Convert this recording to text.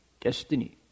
destiny